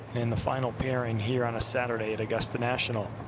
and the final pairing here on a saturday at augusta national.